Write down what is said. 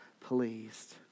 pleased